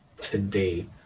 today